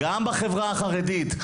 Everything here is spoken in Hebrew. גם בחברה החרדית,